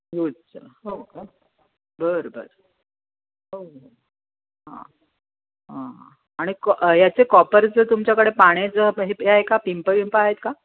योजचं हो का बरं बरं हो हो हां हां हां आणि कॉ याचे कॉपरचं तुमच्याकडे पाण्याचं प हे प आहे का पिंप विंप आहेत का